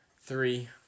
Three